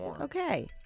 Okay